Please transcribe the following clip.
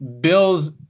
Bill's